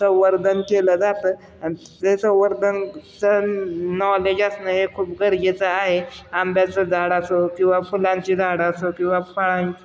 संंवर्धन केलं जातं ते संवर्धनचं नॉलेज असणं हे खूप गरजेचं आहे आंब्याचं झाडाचं असो किंवा फुलांची झाडं असो किंवा फळ